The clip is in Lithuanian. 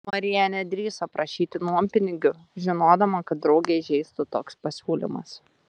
marija nedrįso prašyti nuompinigių žinodama kad draugę įžeistų toks pasiūlymas